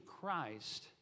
Christ